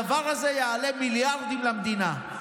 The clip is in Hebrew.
הדבר הזה יעלה מיליארדים למדינה.